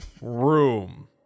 room